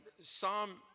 psalm